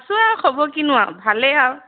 আছোঁ আৰু খবৰ কিনো আৰু ভালেই আৰু